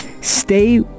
stay